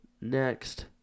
next